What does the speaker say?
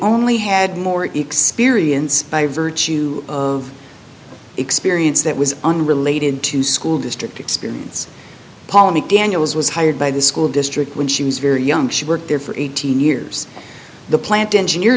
only had more experience by virtue of experience that was unrelated to school district experience paula mcdaniels was hired by the school district when she was very young she worked there for eighteen years the plant engineer